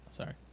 Sorry